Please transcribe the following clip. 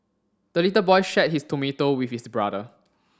the little boy shared his tomato with his brother